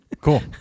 Cool